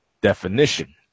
definition